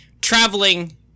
traveling